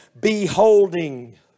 beholding